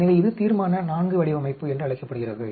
எனவே இது தீர்மான IV வடிவமைப்பு என்று அழைக்கப்படுகிறது